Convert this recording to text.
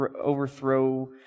overthrow